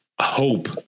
hope